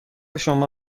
شما